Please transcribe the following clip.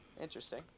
Interesting